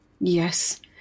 Yes